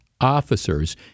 officers